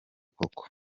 koko